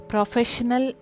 Professional